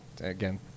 again